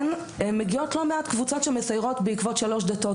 מגיעות לא מעט קבוצות שמסיירות בעקבות שלוש דתות,